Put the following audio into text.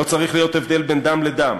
לא צריך להיות הבדל בין דם לדם.